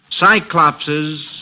Cyclopses